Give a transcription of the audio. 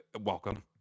Welcome